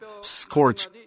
scorch